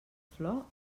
flor